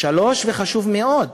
3. וחשוב מאוד,